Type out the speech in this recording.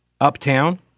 uptown